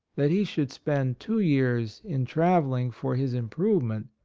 that he should spend two years in travelling for his improvement,